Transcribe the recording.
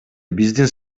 биздин